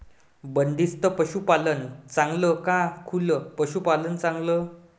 बंदिस्त पशूपालन चांगलं का खुलं पशूपालन चांगलं?